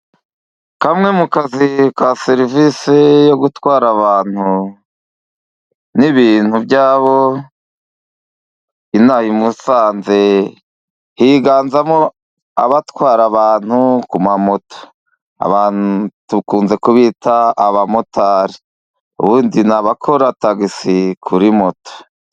Kamwe mu kazi ka serivisi yo gutwara abantu n'ibintu byabo inaha i Musanze, higanzamo abatwara abantu kuri moto, dukunze kubita abamotari, ubundi ni abakora tagisi kuri moto.